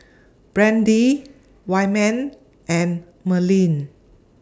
Brandie Wyman and Merlene